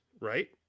right